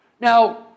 Now